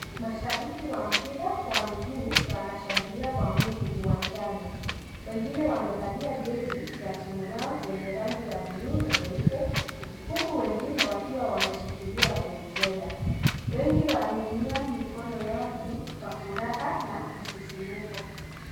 Mashabiki wa mpira wa miguu wanashangilia kwa nguvu uwanjani. Wengine wamevalia jezi za timu yao zenye rangi ya buluu na nyeupe, huku wengine wakiwa wameshikilia vuvuzela. Wengi wameinua mikono yao juu kwa furaha na msisimko.